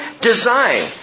design